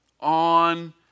on